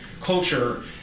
culture